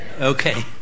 Okay